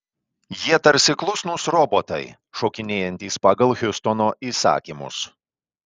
jie tarsi klusnūs robotai šokinėjantys pagal hiustono įsakymus